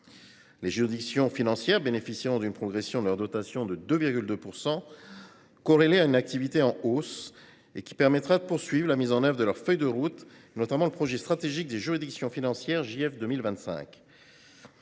Les juridictions financières bénéficieront d’une progression de leur dotation de 2,2 %, corrélée à une activité en hausse. Elle permettra de poursuivre la mise en œuvre de leur feuille de route, notamment « JF 2025 », le projet stratégique des juridictions financières, qui